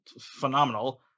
phenomenal